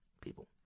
people